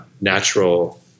natural